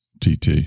TT